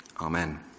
Amen